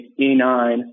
E9